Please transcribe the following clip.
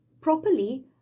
properly